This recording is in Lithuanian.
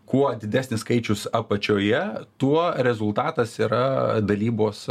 kuo didesnis skaičius apačioje tuo rezultatas yra dalybos